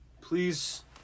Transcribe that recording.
please